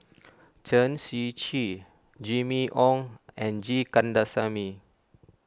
Chen Shiji Jimmy Ong and G Kandasamy